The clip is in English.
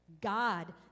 God